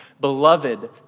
Beloved